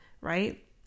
right